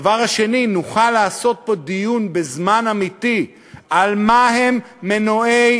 הדבר השני הוא שנוכל לעשות פה דיון בזמן אמיתי על מה הם מנועי